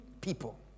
people